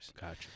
Gotcha